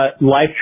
Life